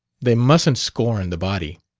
they mustn't scorn the body.